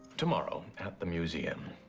tomorrow at the museum,